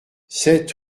sept